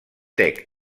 tec